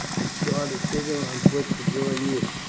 and started hither on foot to join you.